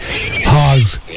hogs